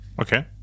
Okay